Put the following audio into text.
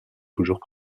toujours